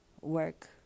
work